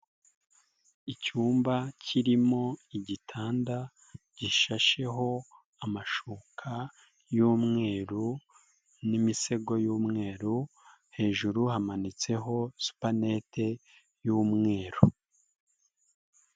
Icyumba kirimo igitanda, gishasheho amashuka y'umweru n'imisego y'umweru, hejuru hamanitseho supanete y'umweru.